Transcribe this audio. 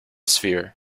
sphere